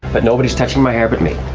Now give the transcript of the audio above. but nobody's touching my hair but me.